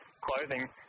clothing